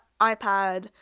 iPad